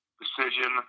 decision